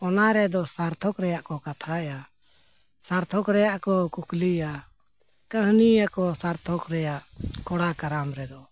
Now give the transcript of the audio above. ᱚᱱᱟ ᱨᱮᱫᱚ ᱥᱟᱨᱛᱷᱚᱠ ᱨᱮᱱᱟᱜ ᱠᱚ ᱠᱟᱛᱷᱟᱭᱟ ᱥᱟᱨᱛᱷᱚᱠ ᱨᱮᱱᱟᱜ ᱠᱚ ᱠᱩᱠᱞᱤᱭᱟ ᱠᱟᱹᱦᱱᱤᱭᱟᱠᱚ ᱥᱟᱨᱛᱷᱚᱠ ᱨᱮᱱᱟᱜ ᱠᱚᱲᱟ ᱠᱟᱨᱟᱢ ᱨᱮᱫᱚ